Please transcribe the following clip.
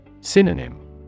Synonym